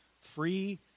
Free